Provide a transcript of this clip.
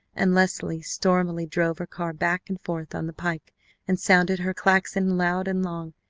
and leslie stormily drove her car back and forth on the pike and sounded her klaxon loud and long,